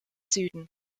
süden